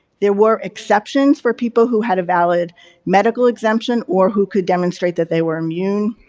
there were exceptions for people who had a valid medical exemption or who could demonstrate that they were immune.